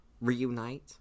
reunite